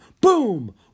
Boom